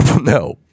No